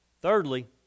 Thirdly